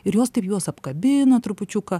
ir jos taip juos apkabina trupučiuką